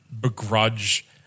begrudge